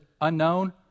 unknown